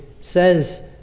says